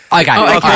Okay